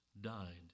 died